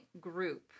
group